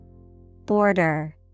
Border